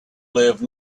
live